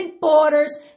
borders